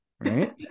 Right